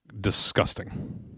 disgusting